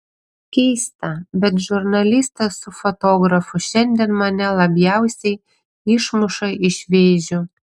keista bet žurnalistas su fotografu šiandien mane labiausiai išmuša iš vėžių